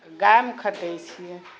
गायमे खटै छियै